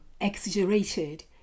exaggerated